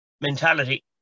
Mentality